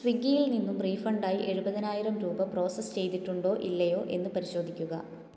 സ്വിഗ്ഗിയിൽ നിന്നും റീഫണ്ട് ആയി എഴുപതിനായിരം രൂപ പ്രോസസ്സ് ചെയ്തിട്ടുണ്ടോ ഇല്ലയോ എന്ന് പരിശോധിക്കുക